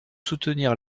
soutenir